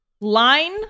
line